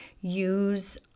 use